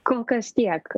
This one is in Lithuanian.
kol kas tiek